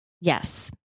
Yes